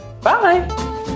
Bye